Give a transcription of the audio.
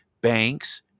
banks